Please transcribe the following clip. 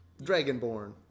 Dragonborn